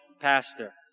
pastor